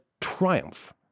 triumph